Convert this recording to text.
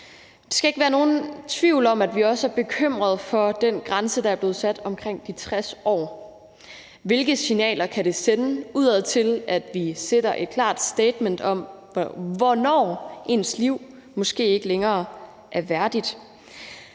Der skal ikke være nogen tvivl om, at vi også er bekymrede over den grænse, der er blevet sat på omkring de 60 år. Hvilke signaler kan det sende ud, at vi sender et klart statement om, hvornår ens liv måske ikke længere er værdigt?